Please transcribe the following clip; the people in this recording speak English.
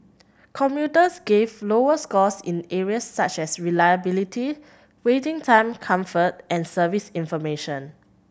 commuters gave lower scores in areas such as reliability waiting time comfort and service information